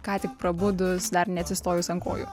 ką tik prabudus dar neatsistojus ant kojų